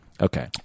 Okay